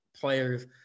players